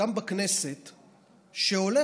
גם בכנסת,